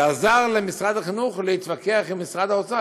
זה עזר למשרד החינוך להתווכח עם משרד האוצר,